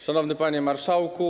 Szanowny Panie Marszałku!